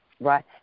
Right